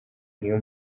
niyo